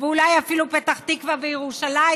ואולי אפילו פתח תקווה וירושלים,